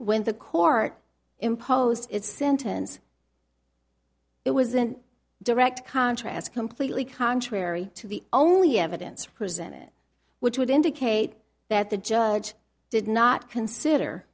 when the court imposed its sentence it was in direct contrast completely contrary to the only evidence presented which would indicate that the judge did not consider